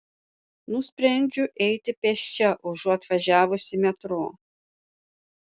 nusprendžiu eiti pėsčia užuot važiavusi metro